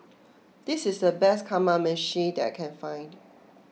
this is the best Kamameshi that I can find